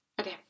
Okay